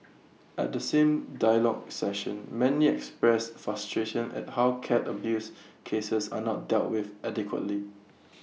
at the same dialogue session many expressed frustration at how cat abuse cases are not dealt with adequately